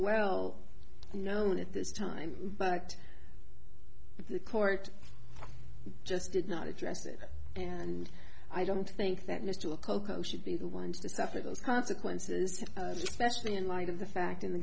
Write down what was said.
well known at this time but the court just did not address it and i don't think that mr coco should be the ones to suffer those consequences specially in light of the fact in the